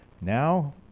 now